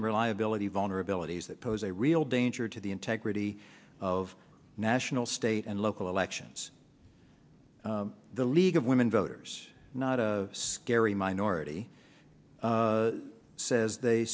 and reliability vulnerabilities that pose a real danger to the integrity of national state and local elections the league of women voters not a scary minority says they